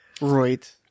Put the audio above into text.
Right